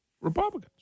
Republicans